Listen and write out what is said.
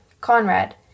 Conrad